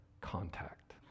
contact